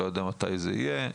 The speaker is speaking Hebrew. אני לא יודע מתי זה יהיה.